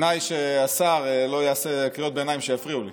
בתנאי שהשר לא יקרא קריאות ביניים שיפריעו לי.